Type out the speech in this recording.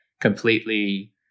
completely